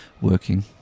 working